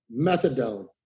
methadone